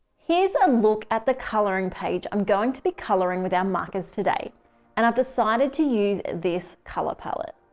here's a look at the coloring page i'm going to be coloring with our markers today and i've decided to use this color palette.